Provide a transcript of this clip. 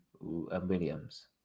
Williams